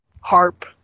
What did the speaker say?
harp